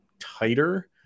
tighter